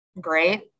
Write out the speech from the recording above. great